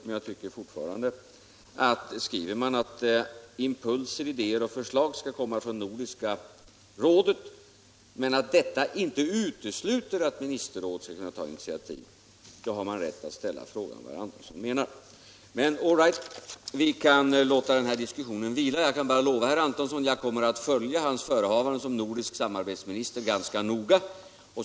Men jag tycker fortfarande att skriver man att impulser, idéer och förslag skall komma från Nordiska rådet men att detta inte utesluter att ministerrådet skall kunna ta initiativ, då har jag rätt att ställa frågan vad herr Antonsson menar. Men all right, vi kan låta den här diskussionen vila. Jag kan bara lova att jag kommer att följa herr Antonssons förehavanden som nordisk samarbetsminister ganska noga.